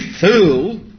fool